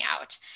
out